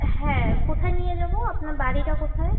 হ্যাঁ কোথায় নিয়ে যাবো আপনার বাড়িটা কোথায়